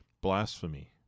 blasphemy